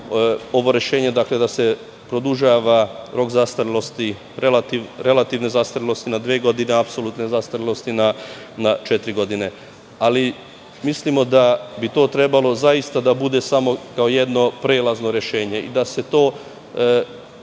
ovo rešenje da se produžava rok zastarelosti, relativne zastarelosti na dve godine, a apsolutne zastarelosti na četiri godine, ali mislimo da bi to trebalo zaista da bude kao jedno prelazno rešenje i da se to